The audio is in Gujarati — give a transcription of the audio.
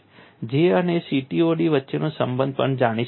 J અને CTOD વચ્ચેનો સંબંધ પણ જાણી શકાય છે